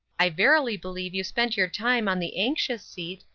i verily believe you spent your time on the anxious-seat,